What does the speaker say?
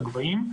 הגבהים,